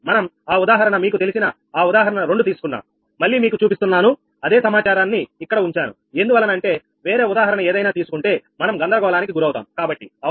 మనం ఆ ఉదాహరణ మీకు తెలిసిన ఆ ఉదాహరణ 2 తీసుకున్నాం మళ్లీ మీకు చూపిస్తున్నాను అదే సమాచారాన్ని ఇక్కడ ఉంచాను ఎందువలన అంటే వేరే ఉదాహరణ ఏదైనా తీసుకుంటే మనం గందరగోళానికి గురవుతాం కాబట్టి అవునా